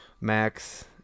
Max